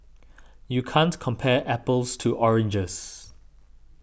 you can't compare apples to oranges